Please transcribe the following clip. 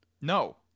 No